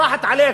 ראחת עלכּ,